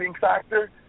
factor